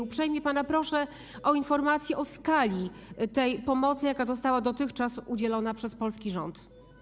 Uprzejmie pana proszę o informację o skali tej pomocy, jaka została dotychczas udzielona przez polski rząd.